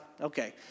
Okay